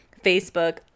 facebook